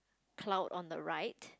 cloud on the right